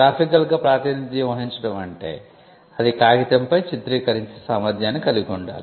గ్రాఫికల్గా ప్రాతినిధ్యం వహించడమంటే అది కాగితంపై చిత్రీకరించే సామర్థ్యాన్ని కలిగి ఉండాలి